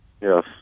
Yes